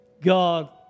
God